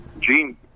Gene